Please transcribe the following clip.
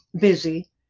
busy